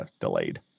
delayed